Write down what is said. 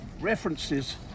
references